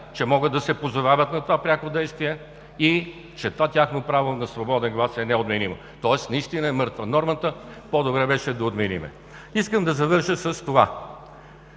че могат да се позовават на това пряко действие и че това тяхно право на свободен глас е неотменимо. Тоест наистина е мъртва нормата, по-добре беше да я отменим. Искам да завърша с това.